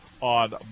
on